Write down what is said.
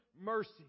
mercy